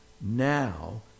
now